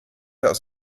aus